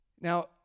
Now